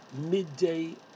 midday